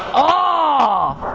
ah